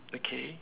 okay